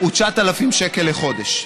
הוא 9,000 לחודש.